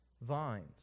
vines